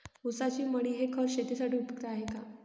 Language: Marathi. ऊसाची मळी हे खत शेतीसाठी उपयुक्त आहे का?